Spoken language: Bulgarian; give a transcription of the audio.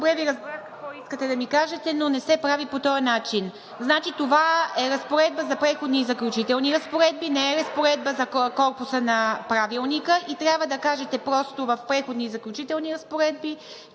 добре разбрах какво искате да ми кажете, но не се прави по този начин. Това е разпоредба за Преходни и заключителни разпоредби, не е разпоредба колко са на Правилника. Трябва да кажете просто в Преходни и заключителни разпоредби,